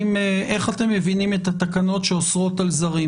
איך אתם מבינים את התקנות שאוסרות על זרים?